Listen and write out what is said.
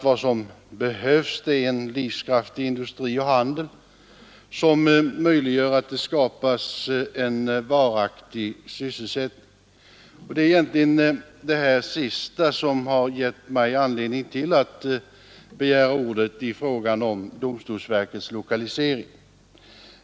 Vad som behövs är en livskraftig industri och handel, som möjliggör skapandet av varaktig sysselsättning. Det är detta som givit mig anledning att begära ordet i frågan om domstolsverkets lokalisering.